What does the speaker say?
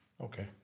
Okay